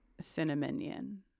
cinnamon